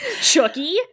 Chucky